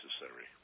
necessary